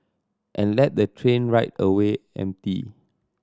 and let the train ride away empty